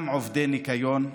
וגם עובדי ניקיון,